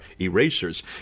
erasers